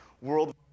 world